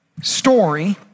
story